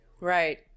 Right